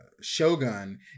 Shogun